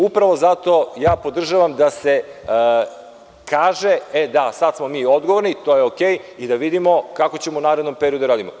Upravo zato podržavam da se kaže – sada smo mi odgovorni, to je uredu, i da vidimo kako ćemo u narednom periodu da radimo.